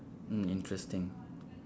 mm interesting